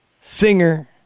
singer